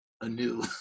anew